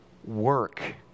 Work